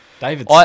David